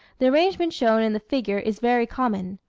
the arrangement shown in the figure is very common.